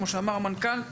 כמו שאמר המנכ"ל,